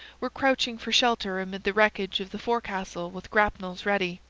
were crouching for shelter amid the wreckage of the forecastle with grapnels ready.